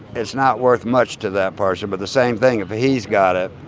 it's not worth much to that person. but the same thing if he's got it.